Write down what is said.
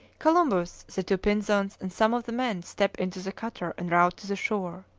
columbus, the two pinzons, and some of the men step into the cutter and row to the shore.